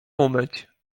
umyć